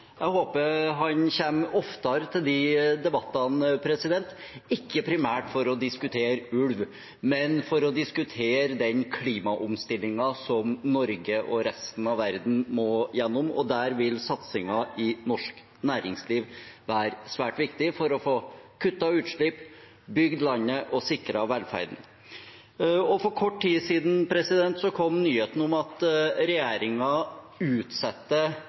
Jeg håper han kommer oftere til de debattene, ikke primært for å diskutere ulv, men for å diskutere den klimaomstillingen som Norge og resten av verden må gjennom. Der vil satsinger i norsk næringsliv være svært viktig for å få kuttet utslipp, bygd landet og sikret velferden. For kort tid siden kom nyheten om at regjeringen utsetter